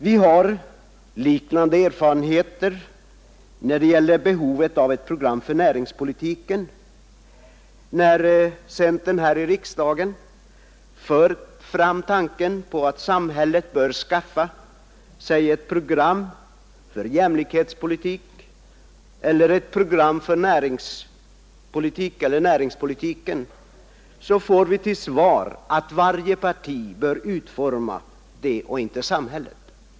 Vi har liknande erfarenheter när det gäller behovet av ett program för näringspolitiken. När centern här i riksdagen för fram tanken på att samhället bör skaffa sig ett program för jämlikhetspolitiken eller för näringspolitiken får vi till svar att varje parti och inte samhället bör utforma det.